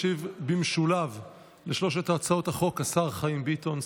ישיב במשולב על שלוש הצעות החוק השר חיים ביטון,